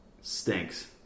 stinks